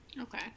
Okay